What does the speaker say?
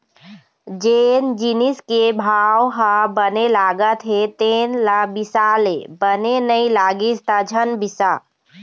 जेन जिनिस के भाव ह बने लागत हे तेन ल बिसा ले, बने नइ लागिस त झन बिसा